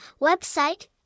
website